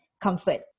comfort